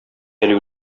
әле